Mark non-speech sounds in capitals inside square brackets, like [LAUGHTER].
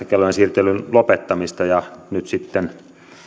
[UNINTELLIGIBLE] kellojen siirtelyn lopettamista nyt sitten